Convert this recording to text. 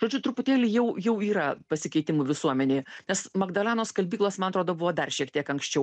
žodžiu truputėlį jau jau yra pasikeitimų visuomenėje nes magdalenos skalbyklos man atrodo buvo dar šiek tiek anksčiau